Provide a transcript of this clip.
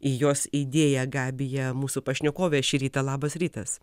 į jos idėją gabija mūsų pašnekovė šį rytą labas rytas